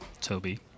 Toby